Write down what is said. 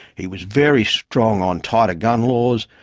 he was very strong on tighter gun laws,